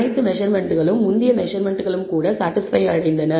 அனைத்து மெஸர்மென்ட்களும் முந்தைய மெஸர்மென்ட்களும் கூட சாடிஸ்பய் அடைந்தன